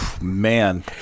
Man